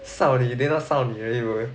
少女 they not 少女 anymore